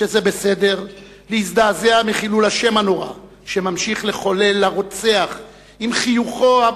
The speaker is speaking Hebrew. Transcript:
שזה בסדר להזדעזע מחילול השם הנורא שממשיך לחולל הרוצח בחיוכו,